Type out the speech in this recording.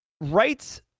rights